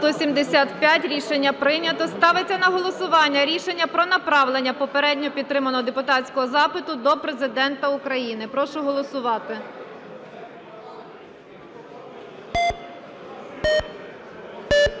Рішення прийнято. Ставиться на голосування рішення про направлення попередньо підтриманого депутатського запиту до Президента України. Прошу голосувати.